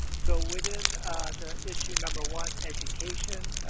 so, within the issue number one, education,